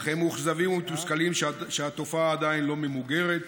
אך הם מאוכזבים ומתוסכלים שהתופעה עדיין לא ממוגרת,